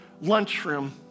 lunchroom